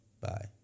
Bye